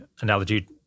analogy